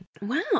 Wow